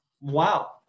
Wow